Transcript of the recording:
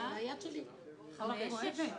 הרביזיה (39)